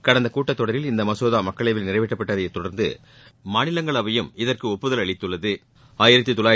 கடந்த கூட்டத் தொடரில் இந்த மசோதா மக்களவையில் நிறைவேற்றப்பட்டதைத் தொடர்ந்து மாநிலங்களவையும் இதற்கு ஒப்புதல் அளித்துள்ளது